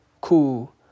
cool